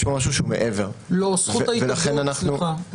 יש בו משהו שמעבר ולכן אנחנו --- סליחה.